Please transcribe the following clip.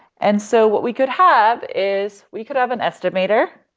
and so what we could have is we could have an estimator.